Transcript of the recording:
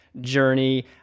journey